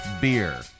Beer